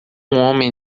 homem